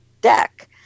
deck